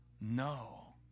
No